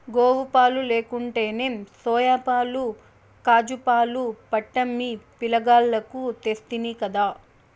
గోవుపాలు లేకుంటేనేం సోయాపాలు కాజూపాలు పట్టమ్మి పిలగాల్లకు తెస్తినిగదా